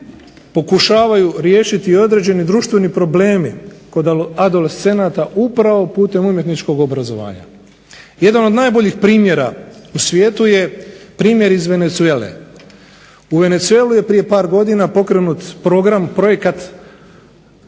pokušavaju riješiti određeni društveni problemi kod adolescenata upravo putem umjetničkog obrazovanja. Jedan od najboljih primjera u svijetu je primjer iz Venezuele. U Venezueli je prije par godina pokrenut program projekat